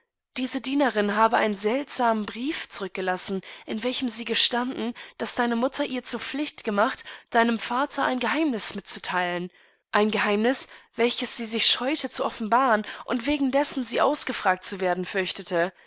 diese dienerin habe einen seltsamen brief zurückgelassen in welchem sie gestanden daß deine mutter ihr zur pflicht gemacht deinem vater ein geheimnis mitzuteilen ein geheimnis welches sie sich scheute zu offenbaren und wegen dessen sie ausgefragt zu werden fürchtete